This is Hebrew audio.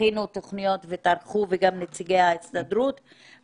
הכינו תוכניות וטרחו וגם לנציגי ההסתדרות לתת סקירה,